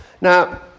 Now